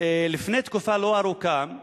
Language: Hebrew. לפני תקופה לא ארוכה,